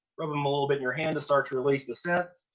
rub them a little bit in your hand to start to release the scent,